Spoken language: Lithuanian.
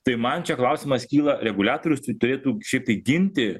tai man čia klausimas kyla reguliatorius tai tai turėtų šiaip tai ginti